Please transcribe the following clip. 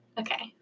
okay